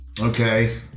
okay